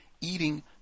eating